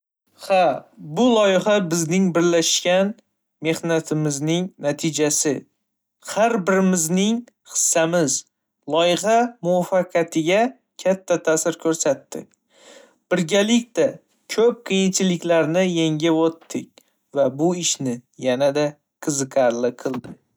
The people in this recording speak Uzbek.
Ha, bu loyiha bizning birlashgan mehnatimizning natijasi. Har birimizning hissamiz loyiha muvaffaqiyatiga katta ta'sir ko'rsatdi. Birgalikda ko'p qiyinchiliklarni yengib o'tdik va bu ishni yanada qiziqarli qildi.